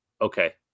okay